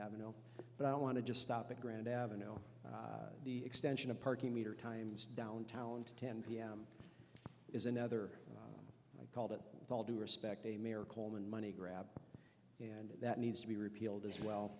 avenue but i don't want to just stop at grand avenue the extension of parking meter times downtown to ten pm is another call that all due respect a mayor coleman money grab and that needs to be repealed as well